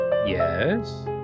Yes